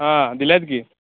हां दिल्या आहेत की